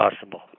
possible